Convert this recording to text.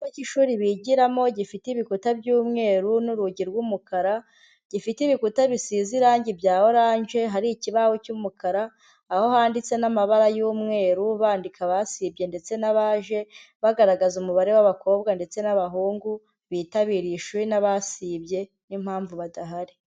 Icyumba k'ishuri bigiramo gifite ibikuta by'umweru n'urugi rw'umukara, gifite ibikuta bisize irangi bya orange, hari ikibaho cy'umukara, aho handitse n'amabara y'umweru, bandika abasibye ndetse n'abaje; bagaragaza umubare w'abakobwa ndetse n'abahungu bitabiriye ishuri n'abasibye n'impamvu badahari.